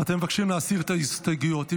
מבקשים להסיר את ההסתייגויות.